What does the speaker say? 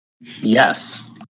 yes